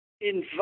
invite